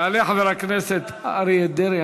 יעלה חבר הכנסת אריה דרעי,